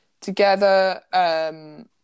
Together